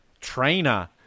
Trainer